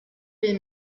les